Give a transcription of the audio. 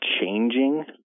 changing